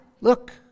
Look